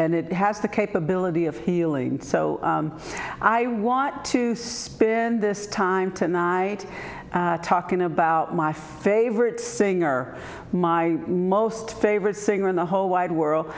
and it has the capability of healing so i want to spin this time tonight talking about my favorite singer my most favorite singer in the whole wide world